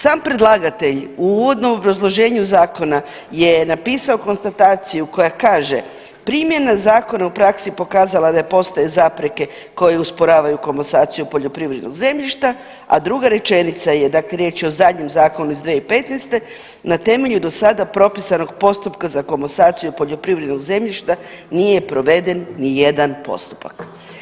Sam predlagatelj u uvodnom obrazloženju zakona je napisao konstataciju koja kaže, primjena zakona u praksi pokazala da postoje zapreke koje usporavaju komasaciju poljoprivrednog zemljišta, a druga rečenica, dakle riječ je o zadnjem zakonu iz 2015., na temelju do sada propisanog postupka za komasaciju poljoprivrednog zemljišta nije proveden nijedan postupak.